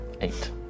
Eight